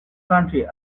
country